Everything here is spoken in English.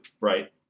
right